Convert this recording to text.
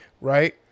right